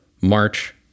March